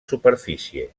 superfície